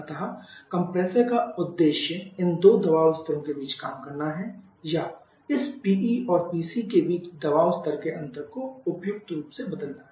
अतः कंप्रेसर का उद्देश्य इन दो दबाव स्तरों के बीच काम करना है या इस PE और PC के बीच दबाव स्तर के अंतर को उपयुक्त रूप से बदलना है